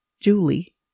Julie